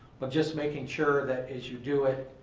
but just making sure that as you do it,